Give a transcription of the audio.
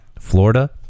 Florida